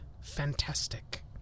Fantastic